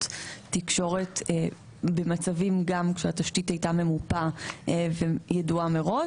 תקשורת במצבים שהתשתית הייתה ממופה וידועה מראש.